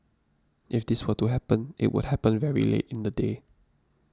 if this were to happen it would happen very late in the day